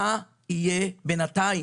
מה יהיה בינתיים?